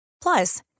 Plus